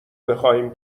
بخواهیم